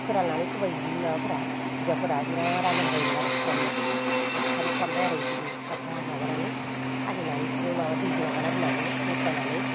फोराननानै सबाय माबाफोरा बिगाबफोरा बिराद आराम जायोमोन आरो सावनो खारै खालामबाय आरो बेखौबो साफा माबानानै सालिनानै इखोबो दैजो माबानानै दोननांगो मदथायनानै